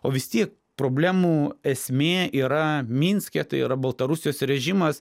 o vis tiek problemų esmė yra minske tai yra baltarusijos režimas